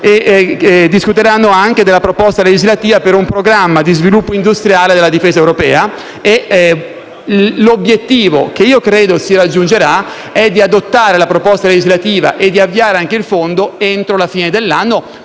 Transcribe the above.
difesa e della proposta legislativa per un programma di sviluppo industriale della difesa europea. L'obiettivo, che credo si raggiungerà, è di adottare la proposta legislativa e di avviare anche il Fondo entro la fine dell'anno,